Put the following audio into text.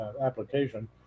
application